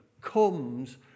comes